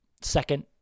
second